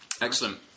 Excellent